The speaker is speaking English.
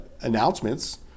announcements